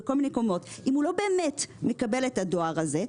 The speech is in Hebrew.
אם הוא לא באמת מקבל את הדואר הזה,